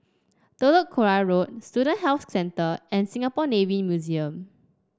Telok Kurau Road Student Health Centre and Singapore Navy Museum